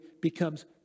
becomes